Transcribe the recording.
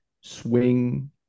Swing